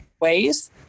ways